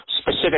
specific